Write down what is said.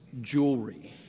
jewelry